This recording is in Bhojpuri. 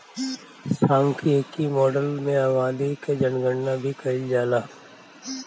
सांख्यिकी माडल में आबादी कअ जनगणना भी कईल जाला